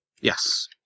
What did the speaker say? Yes